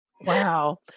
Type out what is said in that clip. Wow